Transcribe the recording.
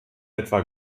etwa